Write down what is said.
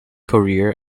career